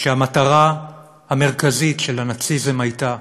שהמטרה המרכזית של הנאציזם הייתה